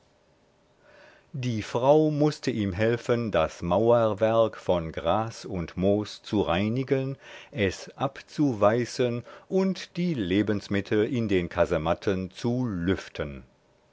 die frau mußte ihm helfen das mauerwerk von gras und moos zu reinigen es abzuweißen und die lebensmittel in den kasematten zu lüften